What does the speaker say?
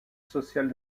social